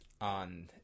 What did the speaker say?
on